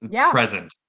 present